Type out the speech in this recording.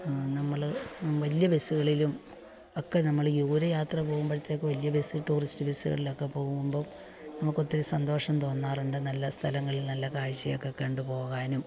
നമ്മള് വലിയ ബസ്സ്കളിലും ഒക്കെ നമ്മള് ദുരെ യാത്ര പോകുമ്പഴത്തേക്കും വലിയ ബസ്സ് ടൂറിസ്റ്റ് ബസ്സുകളിലൊക്കെ പോകുമ്പോൾ നമുക്കൊത്തിരി സന്തോഷം തോന്നാറുണ്ട് നല്ല സ്ഥലങ്ങളിൽ നല്ല കാഴ്ച്ചയൊക്കെ കണ്ട് പോകാനും